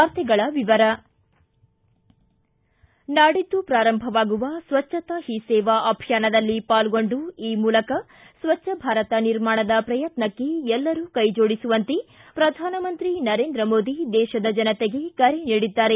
ವಾರ್ತೆಗಳ ವಿವರ ನಾಡಿದ್ದು ಪ್ರಾರಂಭವಾಗುವ ಸ್ವಚ್ಛತಾ ಹೀ ಸೇವಾ ಅಭಿಯಾನದಲ್ಲಿ ಪಾಲ್ಗೊಂಡು ಈ ಮೂಲಕ ಸ್ವಚ್ಛ ಭಾರತ ನಿರ್ಮಾಣದ ಪ್ರಯತ್ನಕ್ಷೆ ಎಲ್ಲರೂ ಕೈ ಜೋಡಿಸುವಂತೆ ಪ್ರಧಾನಮಂತ್ರಿ ನರೇಂದ್ರ ಮೋದಿ ದೇಶದ ಜನತೆಗೆ ಕರೆ ನೀಡಿದ್ದಾರೆ